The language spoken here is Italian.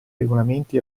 regolamenti